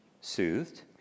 soothed